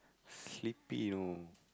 sleepy you know